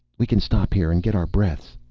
we can stop here and get our breaths.